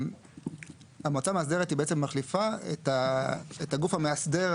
המועצה המאסדרת בעצם מחליפה את הגוף המאסדר,